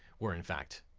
were in fact,